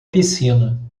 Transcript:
piscina